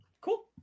Cool